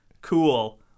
Cool